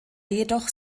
jedoch